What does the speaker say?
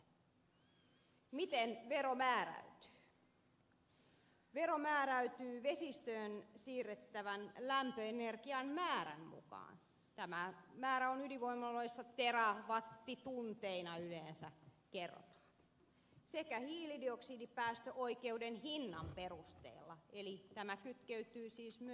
vero määräytyy vesistöön siirrettävän lämpöenergian määrän mukaan tämä kerrotaan ydinvoimaloissa yleensä terawattitunteina sekä hiilidioksidipäästöoikeuden hinnan perusteella eli tämä kytkeytyy siis myös päästökauppaan